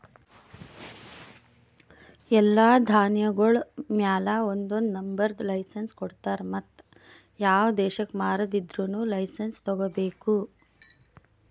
ಎಲ್ಲಾ ಧಾನ್ಯಗೊಳ್ ಮ್ಯಾಲ ಒಂದೊಂದು ನಂಬರದ್ ಲೈಸೆನ್ಸ್ ಕೊಡ್ತಾರ್ ಮತ್ತ ಯಾವ ದೇಶಕ್ ಮಾರಾದಿದ್ದರೂನು ಲೈಸೆನ್ಸ್ ತೋಗೊಬೇಕು